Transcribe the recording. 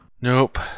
Nope